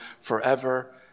forever